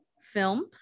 film